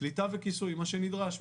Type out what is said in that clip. קליטה וכיסוי, מה שנדרש.